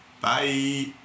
Bye